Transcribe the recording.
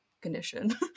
condition